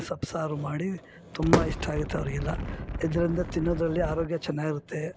ಸೊಪ್ಪುಸಾರು ಮಾಡಿ ತುಂಬ ಇಷ್ಟ ಆಗುತ್ತೆ ಅವ್ರಿಗೆಲ್ಲ ಇದರಿಂದ ತಿನ್ನೋದರಲ್ಲಿ ಆರೋಗ್ಯ ಚೆನ್ನಾಗಿರುತ್ತೆ